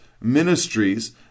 ministries